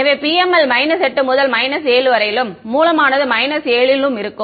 எனவே PML 8 முதல் 7 வரையிலும் மூலமானது 7 லும் இருக்கும்